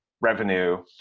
revenue